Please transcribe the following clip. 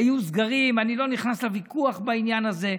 היו סגרים, אני לא נכנס לוויכוח בעניין הזה,